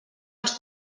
els